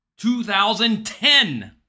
2010